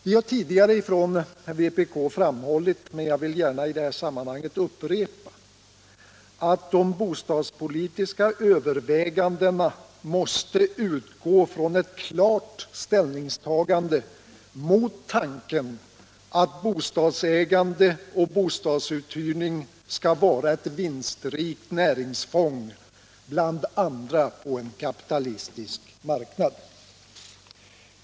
Vi har tidigare från vpk framhållit, men jag vill gärna upprepa det i detta sammanhang, att de bostadspolitiska övervägandena måste utgå från ett klart ställningstagande mot tanken att bostadsägande och bostadsuthyrning skall vara ett vinstrikt näringsfång bland andra på en kapitalistisk marknad.